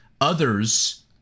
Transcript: Others